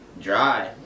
dry